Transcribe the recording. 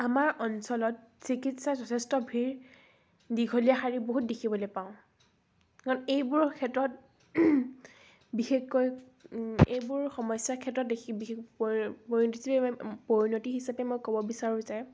আমাৰ অঞ্চলত চিকিৎসা যথেষ্ট ভিৰ দীঘলীয়া শাৰী বহুত দেখিবলৈ পাওঁ কাৰণ এইবোৰৰৰ ক্ষেত্ৰত বিশেষকৈ এইবোৰ সমস্যাৰ ক্ষেত্ৰত দেখিব বিশেষ পৰি পৰিণতি হিচাপে পৰিণতি হিচাপে মই ক'ব বিচাৰোঁ যে